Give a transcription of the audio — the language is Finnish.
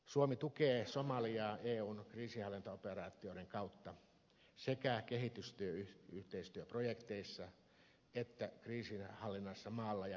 suomi tukee somaliaa eun kriisinhallintaoperaatioiden kautta sekä kehitysyhteistyöprojekteissa että kriisinhallinnassa maalla ja merellä